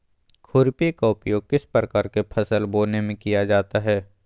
खुरपी का उपयोग किस प्रकार के फसल बोने में किया जाता है?